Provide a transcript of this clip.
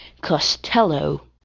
Costello